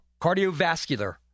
Cardiovascular